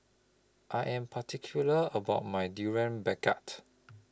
I Am particular about My Durian Pengat